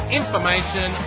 information